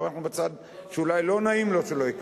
אנחנו בצד שאולי לא נעים לו שיקיימו.